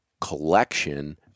collection